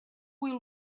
will